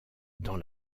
dans